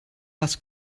was